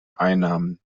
einnahmen